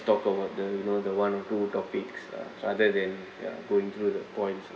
talk about the you know the one or two topics rather than ya going through the points lah